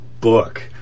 book